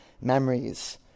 memories